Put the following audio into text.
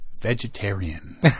vegetarian